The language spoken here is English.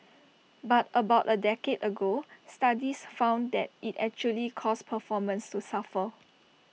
but about A decade ago studies found that IT actually caused performances to suffer